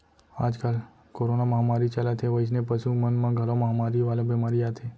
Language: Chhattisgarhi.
आजकाल कोरोना महामारी चलत हे वइसने पसु मन म घलौ महामारी वाला बेमारी आथे